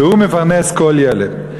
שהוא מפרנס כל ילד.